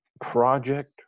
project